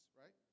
right